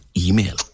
email